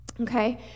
Okay